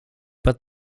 but